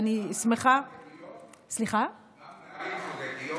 גם בערים חרדיות?